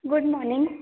good morning